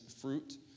fruit